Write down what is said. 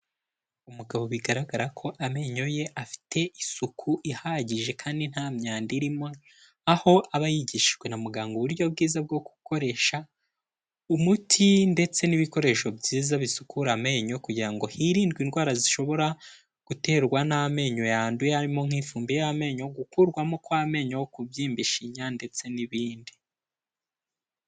Umugabo bigaragara ko amenyo ye afite isuku ihagije kandi nta myanda irimo, aho aba yigishijwe na muganga uburyo bwiza bwo gukoresha umuti ndetse n'ibikoresho byiza bisukura amenyo kugira ngo hirindwe indwara zishobora guterwa n'amenyo yanduye harimo nk'ifumbi y'amenyo, gukurwamo kw'amenyo, kubyimba ishinya ndetse n'ibindi.